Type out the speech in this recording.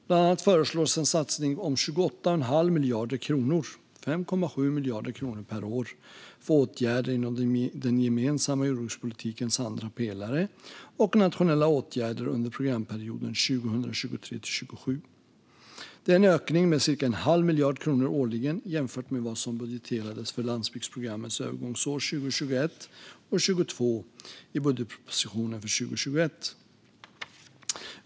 Bland annat föreslås en satsning om 28,5 miljarder kronor - 5,7 miljarder kronor per år - för åtgärder inom den gemensamma jordbrukspolitikens andra pelare och nationella åtgärder under programperioden 2023-2027. Det är en ökning med cirka en halv miljard kronor årligen jämfört med vad som budgeterades för landsbygdsprogrammets övergångsår 2021 och 2022 i budgetpropositionen för 2021 .